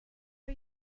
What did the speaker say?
are